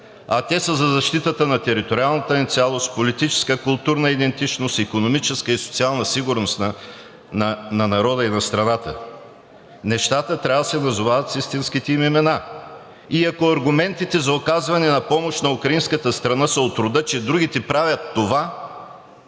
а те са за защитата на териториалната ни цялост, политическа и културна идентичност, икономическа и социална сигурност на народа и на страната. Нещата трябва да се назовават с истинските им имена. И ако аргументите за оказване на помощ на украинската страна са от рода, че другите правят това